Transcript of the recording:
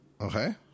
Okay